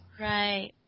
Right